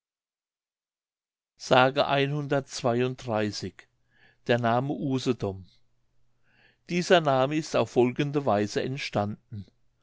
der name usedom dieser name ist auf folgende weise entstanden